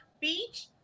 beach